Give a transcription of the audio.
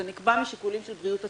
זה נקבע משיקולים של בריאות הציבור.